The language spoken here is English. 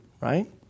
right